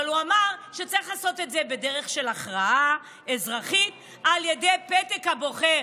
אבל הוא אמר שצריך לעשות את זה בדרך של הכרעה אזרחית על ידי פתק הבוחר.